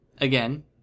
Again